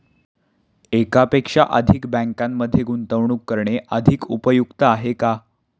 एकापेक्षा अधिक बँकांमध्ये गुंतवणूक करणे अधिक उपयुक्त आहे का?